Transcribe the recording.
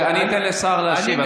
אני אתן לשר להשיב.